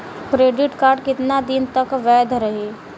Credit card कितना दिन तक वैध रही?